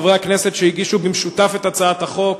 חברי הכנסת שהגישו במשותף את הצעת החוק: